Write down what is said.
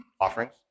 offerings